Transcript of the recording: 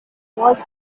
was